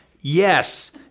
Yes